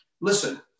listen